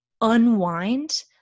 unwind